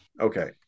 Okay